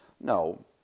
No